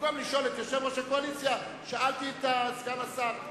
ובמקום לשאול את יושב-ראש הקואליציה שאלתי את סגן השר,